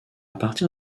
partir